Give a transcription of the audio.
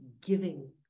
giving